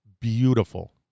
Beautiful